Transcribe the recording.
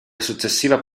successiva